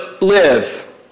live